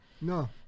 no